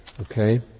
Okay